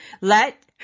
Let